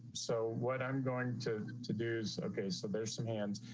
so what i'm going to to do is, okay, so there's some hands.